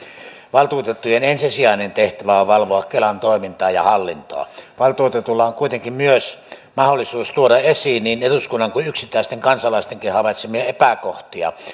valtuutettujen ensisijainen tehtävä on valvoa kelan toimintaa ja hallintoa valtuutetulla on kuitenkin myös mahdollisuus tuoda esiin niin eduskunnan kuin yksittäisten kansalaistenkin havaitsemia epäkohtia